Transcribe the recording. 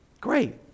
great